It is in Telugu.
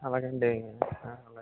అలాగాండి అలాగే